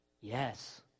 Yes